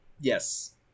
Yes